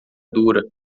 dura